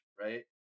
right